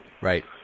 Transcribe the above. Right